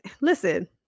listen